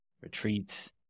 retreats